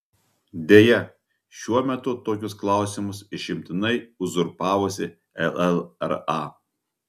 deja šiuo metu tokius klausimus išimtinai uzurpavusi llra